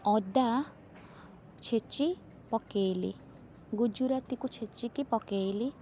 ଅଦା ଛେଚି ପକାଇଲି ଗୁଜୁରାତିକୁ ଛେଚିକି ପକାଇଲି